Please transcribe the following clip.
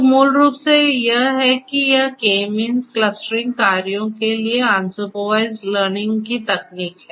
तो मूल रूप से यह है कि यह K मींस क्लस्टरिंग कार्यों के लिए अनसुपरवाइज्ड लर्निंग की तकनीक है